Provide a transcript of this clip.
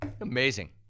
Amazing